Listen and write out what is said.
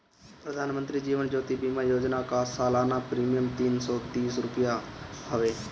प्रधानमंत्री जीवन ज्योति बीमा योजना कअ सलाना प्रीमियर तीन सौ तीस रुपिया हवे